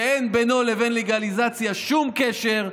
שאין בינו לבין לגליזציה שום קשר.